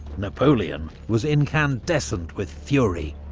napoleon was incandescent with fury.